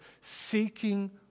seeking